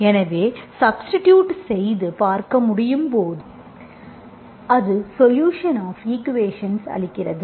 எனவே சப்ஸ்டிடியூட் செய்து பார்த்தால் அது சொலுஷன் ஆப் ஈக்குவேஷன்ஸ் அளிக்கிறது